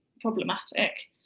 problematic